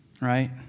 Right